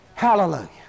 Hallelujah